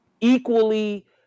equally